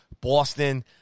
Boston